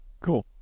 Cool